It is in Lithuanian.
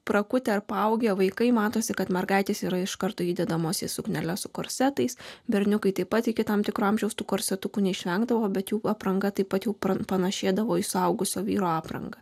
prakutę ar paaugę vaikai matosi kad mergaitės yra iš karto įdedamos į sukneles su korsetais berniukai taip pat iki tam tikro amžiaus tų korsetųkų neišvengdavo bet jų apranga taip pat jų pran panašėdavo į suaugusio vyro aprangą